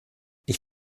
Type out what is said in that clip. ich